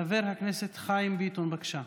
חבר הכנסת חיים ביטון, בבקשה.